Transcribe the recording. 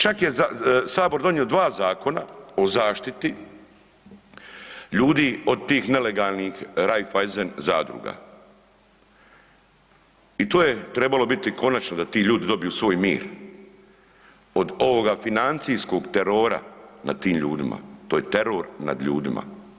Čak je sabor donio 2 zakona o zaštiti ljudi od tih nelegalnih Raiffeisen zadruga i to je trebalo biti konačno da ti ljudi dobiju svoj mir, od ovoga financijskog terora nad tim ljudima, to je teror nad ljudima.